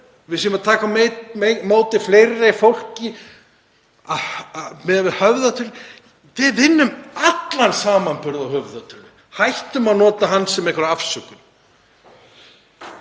við séum að taka á móti fleira fólki miðað við höfðatölu. Við vinnum allan samanburð á höfðatölu. Hættum að nota hann sem einhverja afsökun.